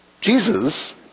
Jesus